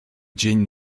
dzień